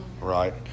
Right